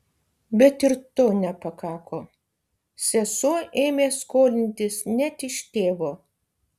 bet ir to nepakako sesuo ėmė skolintis net iš tėvo